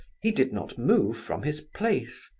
he did not move from his place.